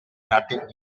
nothing